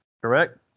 correct